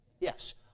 Yes